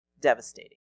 devastating